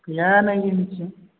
गैया नै जोंनिथिं